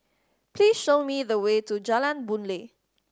please show me the way to Jalan Boon Lay